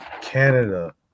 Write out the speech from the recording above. Canada